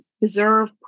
deserve